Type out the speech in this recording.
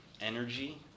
energy